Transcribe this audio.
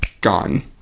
gone